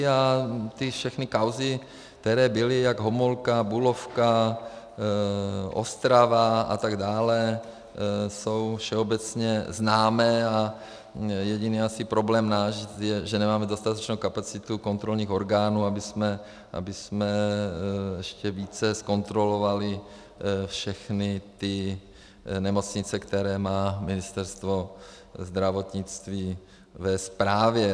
A ty všechny kauzy, které byly, jak Homolka, Bulovka, Ostrava atd., jsou všeobecně známé a jediný asi problém náš je, že nemáme dostatečnou kapacitu kontrolních orgánů, abychom ještě více zkontrolovali všechny ty nemocnice, které má Ministerstvo zdravotnictví ve správě.